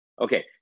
okay